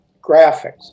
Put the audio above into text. graphics